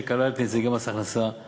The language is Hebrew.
שכלל את נציגי מס הכנסה,